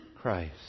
Christ